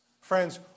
Friends